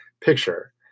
picture